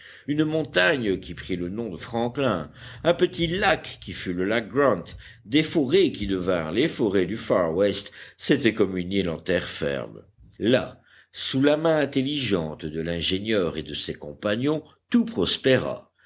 une montagne qui prit le nom de franklin un petit lac qui fut le lac grant des forêts qui devinrent les forêts du far west c'était comme une île en terre ferme là sous la main intelligente de l'ingénieur et de ses compagnons tout prospéra